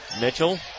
Mitchell